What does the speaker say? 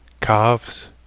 calves